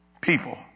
people